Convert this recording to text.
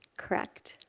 correct.